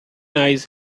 eyes